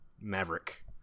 Maverick